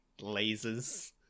lasers